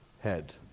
head